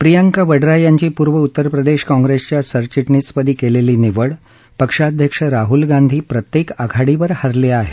प्रियंका वड्रा यांची पूर्व उत्तर प्रदेश काँप्रेसच्या सरचिटणीसपदी केलेली निवड पक्षाध्यक्ष राहूल गांधी प्रत्येक आघाडीवर हरले आहे